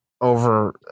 over